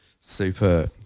super